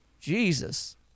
Jesus